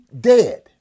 dead